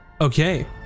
Okay